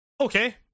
Okay